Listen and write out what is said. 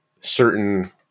certain